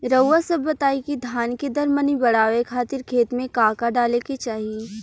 रउआ सभ बताई कि धान के दर मनी बड़ावे खातिर खेत में का का डाले के चाही?